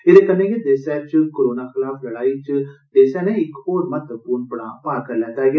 एह्दे कन्नै गै देसै कोरोना खलाफ लड़ाई च इक होर महत्वपूर्ण पड़ां पार करी लैता ऐ